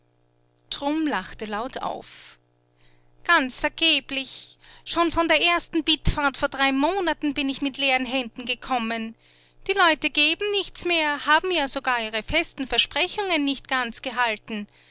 trumm lachte laut auf ganz vergeblich schon von der ersten bittfahrt vor drei monaten bin ich mit leeren händen gekommen die leute geben nichts mehr haben ja sogar ihre festen versprechungen nicht ganz gehalten